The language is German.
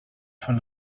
von